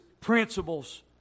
principles